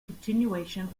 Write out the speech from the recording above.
continuation